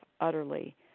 utterly